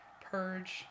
purge